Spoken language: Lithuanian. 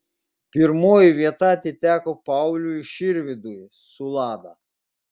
pirmoji vieta atiteko pauliui štirvydui su lada